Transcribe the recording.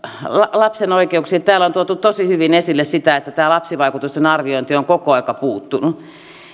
lapsen oikeuksiin täällä on tuotu tosi hyvin esille sitä että tämä lapsivaikutusten arviointi on koko ajan puuttunut